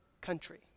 country